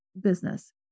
business